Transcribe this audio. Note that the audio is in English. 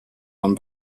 own